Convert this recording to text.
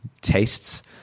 tastes